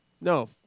No